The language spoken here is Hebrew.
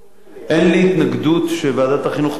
אין לי התנגדות שוועדת החינוך תדון,